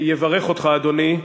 יברך אותך, אדוני,